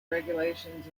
regulations